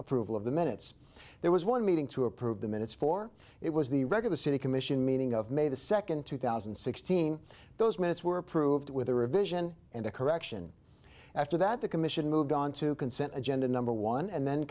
approval of the minutes there was one meeting to approve the minutes for it was the regular city commission meeting of may the second two thousand and sixteen those minutes were approved with a revision and a correction after that the commission moved on to consent agenda number one and then